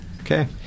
Okay